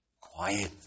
quiet